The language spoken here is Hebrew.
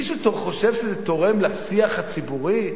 מישהו חושב שזה תורם לשיח הציבורי?